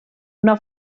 una